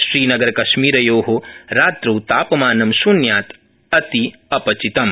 श्रीनगरकश्मीरयो रात्रौ तापमानम् शून्यात् अपि अपचितम्